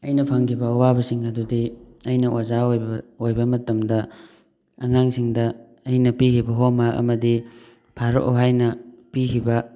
ꯑꯩꯅ ꯐꯪꯈꯤꯕ ꯑꯋꯥꯕꯁꯤꯡ ꯑꯗꯨꯗꯤ ꯑꯩꯅ ꯑꯣꯖꯥ ꯑꯣꯏꯕ ꯑꯣꯏꯕ ꯃꯇꯝꯗ ꯑꯉꯥꯡꯁꯤꯡꯗ ꯑꯩꯅ ꯄꯤꯈꯤꯕ ꯍꯣꯝꯋꯥꯛ ꯑꯃꯗꯤ ꯐꯥꯔꯛꯑꯣ ꯍꯥꯏꯅ ꯄꯤꯈꯤꯕ